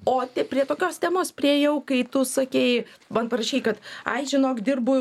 o prie tokios temos priėjau kai tu sakei man parašei kad ai žinok dirbu